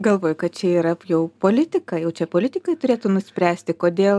galvoju kad čia yra jau politika jau čia politikai turėtų nuspręsti kodėl